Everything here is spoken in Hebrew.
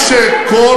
מים.